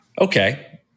Okay